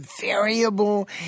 variable